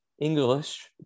English